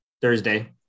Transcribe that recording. thursday